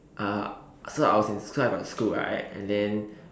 uh so I was in so I got school right and then